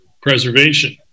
preservation